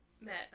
met